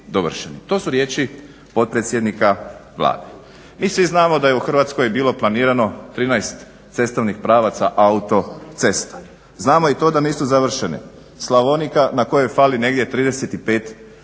To su riječi potpredsjednika Vlade. Mi svi znamo da je u Hrvatskoj bilo planirano 13 cestovnih pravaca autocesta. Znamo i to da nisu završene. Slavonika na kojoj fali negdje 35 km,